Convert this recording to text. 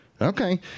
Okay